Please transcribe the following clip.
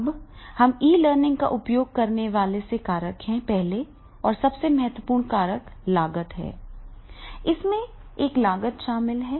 अब हम e learning का उपयोग करने वाले कौन से कारक हैं पहला और सबसे महत्वपूर्ण कारक लागत है इसमें एक लागत शामिल है